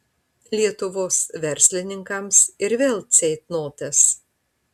lietuvos verslininkams ir vėl ceitnotas